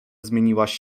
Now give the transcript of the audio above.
zmieniłaś